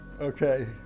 Okay